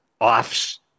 offs